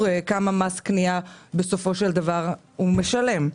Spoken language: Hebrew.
כמה מס קנייה בסופו של דבר הוא משלם.